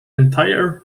entire